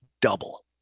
double